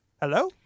Hello